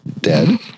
Dead